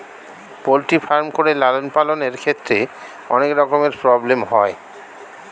poultry farm করে লালন পালনের ক্ষেত্রে অনেক রকমের প্রব্লেম হয়